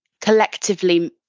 collectively